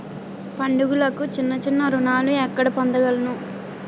పండుగలకు చిన్న చిన్న రుణాలు ఎక్కడ పొందగలను?